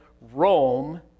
Rome